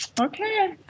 Okay